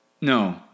no